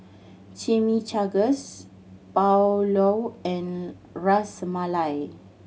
Chimichangas Pulao and Ras Malai